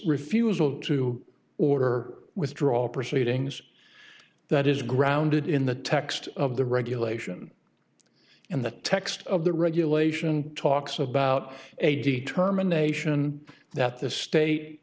refusal to order withdrawal proceedings that is grounded in the text of the regulation in the text of the regulation talks about eighty term a nation that the state